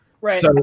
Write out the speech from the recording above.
Right